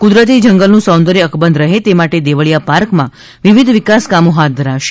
કુદરતી જંગલ નું સૌંદર્ય અકબંધ રહે તે માટે દેવળીયા પાર્ક માં વિવિધ વિકાસ કામો હાથ ધરાશે